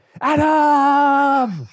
Adam